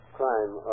crime